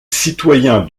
citoyens